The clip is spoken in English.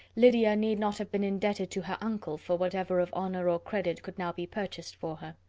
lydia need not have been indebted to her uncle for whatever of honour or credit could now be purchased for her.